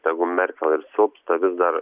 tegu merkel ir silpsta vis dar